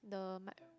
the mic